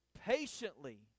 patiently